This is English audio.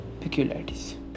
peculiarities